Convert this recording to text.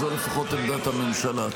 זו לפחות עמדת הממשלה.